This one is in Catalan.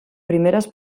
primeres